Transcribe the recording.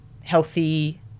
healthy